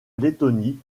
lettonie